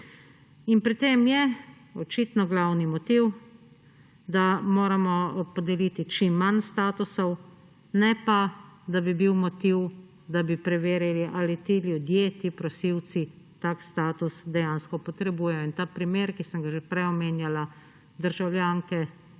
Pri tem je očitno glavni motiv, da moramo podeliti čim manj statusov, ne pa, da bi bil motiv, da bi preverili, ali ti ljudje, ti prosilci tak status dejansko potrebujejo. In ta primer, ki sem ga že prej omenjala, državljanke